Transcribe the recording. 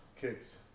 kids